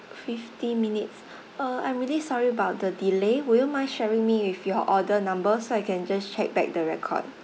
fifty minutes uh I'm really sorry about the delay would you mind sharing me with your order number so I can just check back the record